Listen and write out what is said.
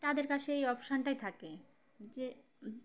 তাদের কাছে এই অপশানটাই থাকে যে